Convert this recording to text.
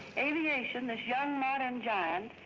aviation, this young modern giant,